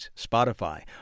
Spotify